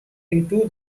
into